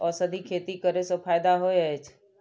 औषधि खेती करे स फायदा होय अछि?